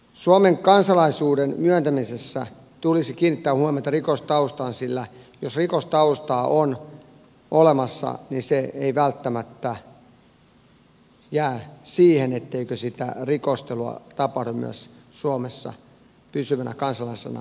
suomen kansalaisuuden myöntämisessä tulisi kiinnittää huomiota rikostaustaan sillä jos rikostaustaa on olemassa niin se ei välttämättä jää siihen etteikö sitä rikostelua tapahdu myös suomessa pysyvänä kansalaisena ollessa